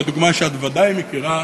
לדוגמה שאת ודאי מכירה: